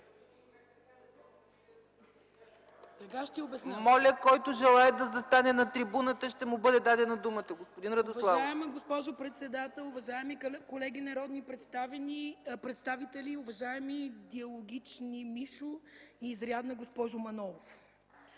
който желае, да застане на трибуната, ще му бъде дадена думата.